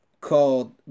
called